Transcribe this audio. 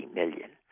million